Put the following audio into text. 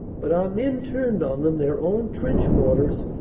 but our men turned on them their own trench-mortars,